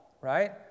right